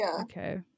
okay